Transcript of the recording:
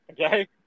Okay